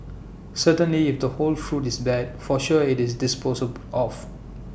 certainly if the whole fruit is bad for sure IT is disposed of